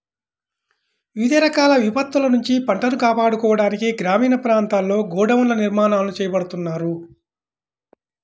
వివిధ రకాల విపత్తుల నుంచి పంటను కాపాడుకోవడానికి గ్రామీణ ప్రాంతాల్లో గోడౌన్ల నిర్మాణాలను చేపడుతున్నారు